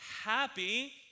happy